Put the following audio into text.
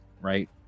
Right